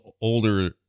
older